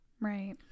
Right